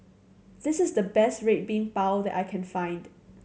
this is the best Red Bean Bao that I can find